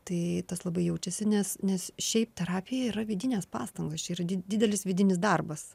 tai tas labai jaučiasi nes nes šiaip terapija yra vidinės pastangos čia yra di didelis vidinis darbas